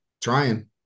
trying